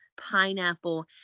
Pineapple